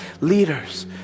Leaders